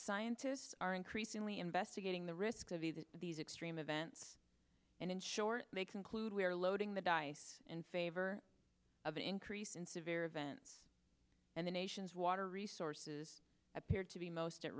scientists are increasingly investigating the risks of either of these extreme events and in short they conclude we're loading the dice in favor of an increase in severe events and the nation's water resources appear to be most at